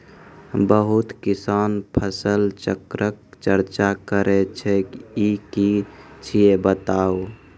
बहुत किसान फसल चक्रक चर्चा करै छै ई की छियै बताऊ?